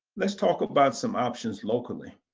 let's talk about some options locally.